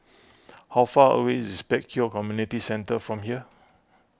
how far away is Pek Kio Community Centre from here